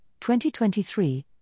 2023